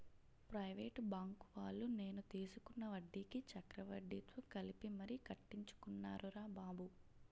private బాంకువాళ్ళు నేను తీసుకున్న వడ్డీకి చక్రవడ్డీతో కలిపి మరీ కట్టించుకున్నారురా బాబు